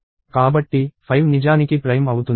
కాబట్టి 5 నిజానికి ప్రైమ్ అవుతుంది